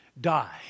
die